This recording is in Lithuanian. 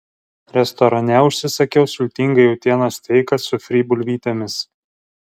restorane užsisakiau sultingą jautienos steiką su fry bulvytėmis